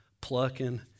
plucking